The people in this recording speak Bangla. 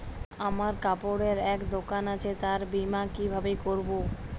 আমার কাপড়ের এক দোকান আছে তার বীমা কিভাবে করবো?